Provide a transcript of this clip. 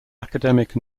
academic